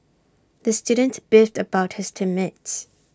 the student beefed about his team mates